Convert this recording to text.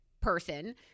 person